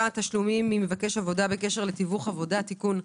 (תשלומים ממבקש עבודה בקשר לתיווך עבודה) (תיקון),